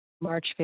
March